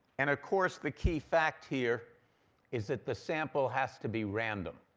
and of course the key fact here is that the sample has to be random.